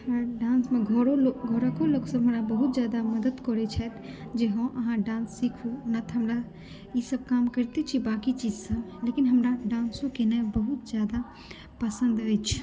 हमर डान्समे हमर घरोके लोकसभ हमरा बहुत ज्यादा मदद करैत छथि जे हँ अहाँ डान्स सिखू नहि तऽ हमरा ईसभ काम करिते छी बाँकिसभ चीजसभ लेकिन हमरा डान्सो केनाइ बहुत ज्यादा पसन्द अछि